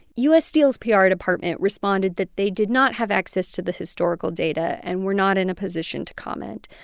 u s. steel's pr department responded that they did not have access to the historical data and were not in a position to comment.